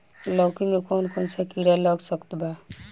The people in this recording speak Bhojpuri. लौकी मे कौन कौन सा कीड़ा लग सकता बा?